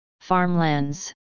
Farmlands